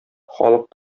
халык